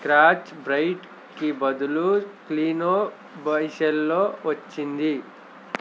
క్రాచ్ బ్రైట్కి బదులు క్లీనో బై సెల్లో వచ్చింది